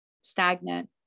stagnant